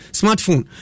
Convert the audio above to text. smartphone